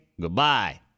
goodbye